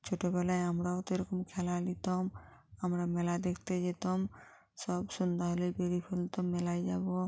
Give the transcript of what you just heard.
ছোটোবেলায় আমরাও তো এরকম খেলা নিতাম আমরা মেলা দেখতে যেতাম সব সন্ধ্যা হলেই বেড়িয়ে বলতাম মেলায় যাবো